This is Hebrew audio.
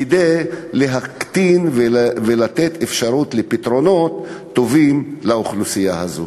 כדי להקטין את התופעה ולתת אפשרות לפתרונות טובים לאוכלוסייה הזאת.